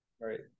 Right